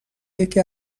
یکی